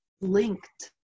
linked